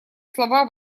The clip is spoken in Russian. слова